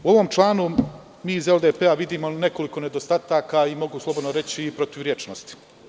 U ovom članu mi iz LDP vidimo nekoliko nedostataka, mogu slobodno reći i protivrečnosti.